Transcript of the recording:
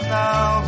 now